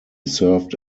served